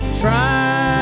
try